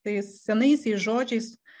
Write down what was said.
tais senaisiais žodžiais